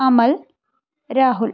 Amal Rahul